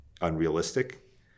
unrealistic